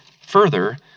Further